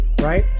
right